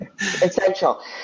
essential